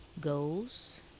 goes